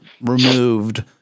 removed